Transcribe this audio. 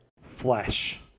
flesh